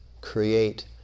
create